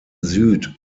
süd